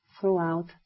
throughout